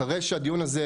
אחרי שהדיון הזה,